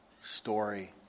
story